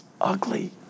ugly